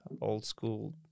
old-school